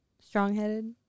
strong-headed